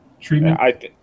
treatment